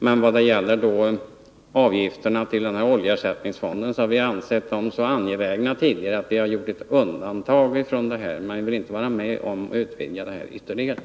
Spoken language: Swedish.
Men vi har ansett att avgifterna till oljeersättningsfonden är så viktiga att vi har gjort undantag från vår linje — men vi vill inte vara med om ytterligare utvidgning.